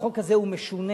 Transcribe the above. והחוק הזה הוא משונה,